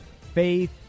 faith